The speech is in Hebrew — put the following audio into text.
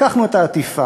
לקחנו את העטיפה,